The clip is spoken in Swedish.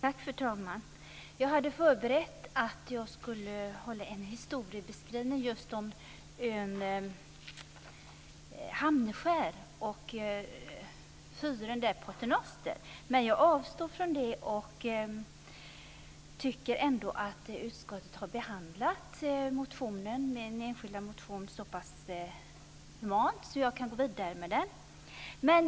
Fru talman! Jag hade förberett en historiebeskrivning kring ön Hamnskär och fyren där, Pater Noster. Men jag avstår från det och nöjer mig med att säga att jag tycker att utskottet har behandlat denna enskilda motion så pass humant att jag kan gå vidare med den.